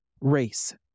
race